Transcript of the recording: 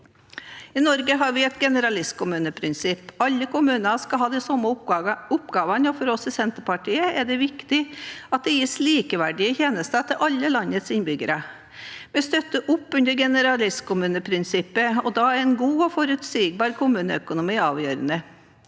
I Norge har vi et generalistkommuneprinsipp. Alle kommuner skal ha de samme oppgavene, og for oss i Senterpartiet er det viktig at det gis likeverdige tjenester til alle landets innbyggere. Vi støtter opp under generalistkommuneprinsippet. Da er en god og forutsigbar kommuneøkonomi avgjørende.